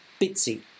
bitsy